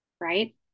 right